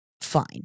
fine